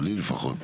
אני לפחות,